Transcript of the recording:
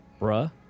Bruh